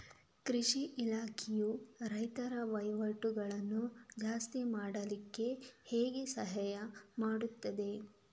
ಕೃಷಿ ಇಲಾಖೆಯು ರೈತರ ವಹಿವಾಟುಗಳನ್ನು ಜಾಸ್ತಿ ಮಾಡ್ಲಿಕ್ಕೆ ಹೇಗೆ ಸಹಾಯ ಮಾಡ್ತದೆ?